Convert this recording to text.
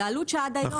זה עלות שעד היום